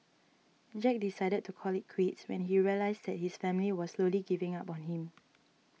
jack decided to call it quits when he realised that his family was slowly giving up on him